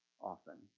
often